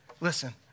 Listen